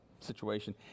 situation